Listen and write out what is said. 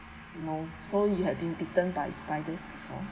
no so you had been bitten by spiders before